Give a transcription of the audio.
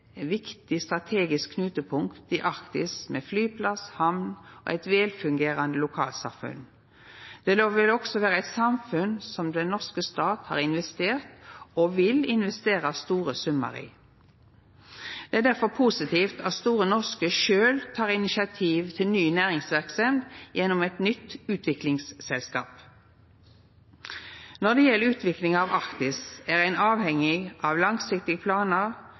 viktig strategisk knutepunkt i Arktis, med flyplass, hamn og eit velfungerande lokalsamfunn. Det vil også vera eit samfunn som den norske staten har investert, og vil investera, store summar i. Det er difor positivt at Store Norske sjølv tek initiativ til ny næringsverksemd gjennom eit nytt utviklingsselskap. Når det gjeld utviklinga av Arktis, er ein avhengig av langsiktige planar